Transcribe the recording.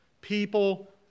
people